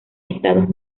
estados